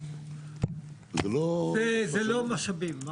זה לא משאבים.